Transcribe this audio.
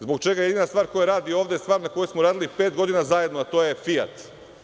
Zbog čega jedina stvar koja radi ovde je stvar na kojoj smo radili pet godina zajedno, a to je „Fijat“